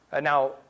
Now